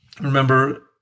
remember